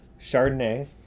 Chardonnay